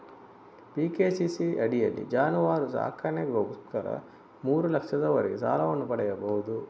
PKCC ಅಡಿಯಲ್ಲಿ ಜಾನುವಾರು ಸಾಕಣೆಗೋಸ್ಕರ ಮೂರು ಲಕ್ಷದವರೆಗೆ ಸಾಲವನ್ನು ಪಡೆಯಬಹುದು